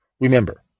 remember